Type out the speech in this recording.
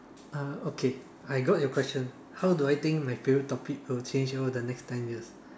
uh okay I got your question how do I think my favourite topic will change over the next ten years